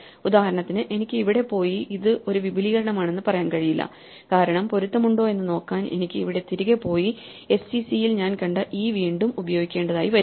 ഉദാഹരണത്തിന് എനിക്ക് ഇവിടെ പോയി ഇത് ഒരു വിപുലീകരണമാണെന്ന് പറയാൻ കഴിയില്ല കാരണം പൊരുത്തമുണ്ടോ എന്ന് നോക്കാൻ എനിക്ക് ഇവിടെ തിരികെ പോയി sec ൽ ഞാൻ കണ്ട e വീണ്ടും ഉപയോഗിക്കേണ്ടതായി വരും